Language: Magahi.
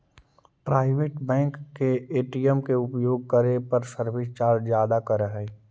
प्राइवेट बैंक के ए.टी.एम के उपयोग करे पर सर्विस चार्ज ज्यादा करऽ हइ